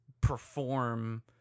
perform